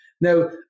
Now